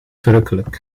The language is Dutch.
verrukkelijk